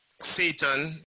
Satan